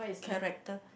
character